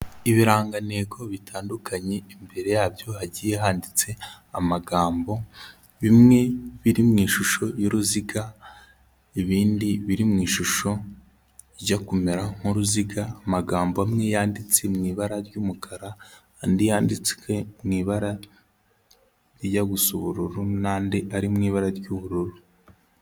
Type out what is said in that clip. Ibirangantego bitandukanye imbere yabyo hagiye handitse amagambo, bimwe biri mu ishusho y'uruziga ibindi biri mu ishusho ijya kumera nk'uruziga, amagambo amwe yanditse mu ibara ry'umukara andi yanditswe mu ibara rijya gusa ubururu n'andi ari mu ibara ry'ubururu.